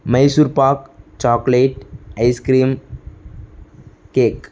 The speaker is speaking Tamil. Mysore pak chocolate ice cream cake